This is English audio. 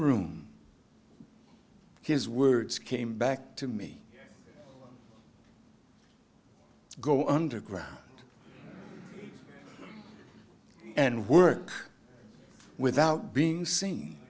room his words came back to me go underground and work without being seen